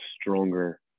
stronger